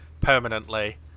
permanently